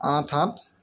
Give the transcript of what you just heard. আঠ আঠ